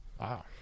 Wow